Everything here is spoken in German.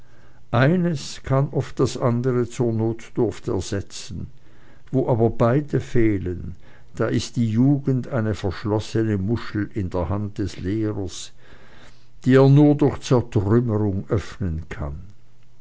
eines kann oft das andere zur notdurft ersetzen wo aber beide fehlen da ist die jugend eine verschlossene muschel in der hand des lehrers die er nur durch zertrümmerung öffnen kann